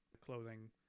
clothing